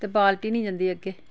ते बालटी नी जंदी अग्गें